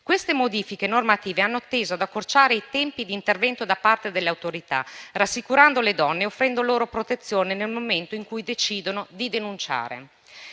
Queste modifiche normative hanno teso ad accorciare i tempi di intervento da parte delle autorità, rassicurando le donne e offrendo loro protezione nel momento in cui decidono di denunciare.